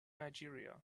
nigeria